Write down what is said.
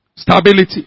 Stability